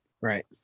Right